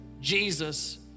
Jesus